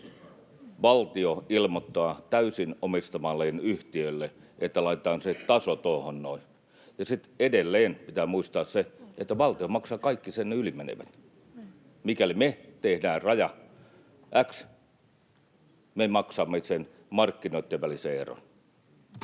valtio ilmoittaa täysin omistamalleen yhtiölle, että laitetaan se taso tuohon noin. Ja sitten edelleen pitää muistaa se, että valtio maksaa kaiken sen yli menevän. Mikäli me tehdään raja x, me maksamme sen markkinoitten välisen eron.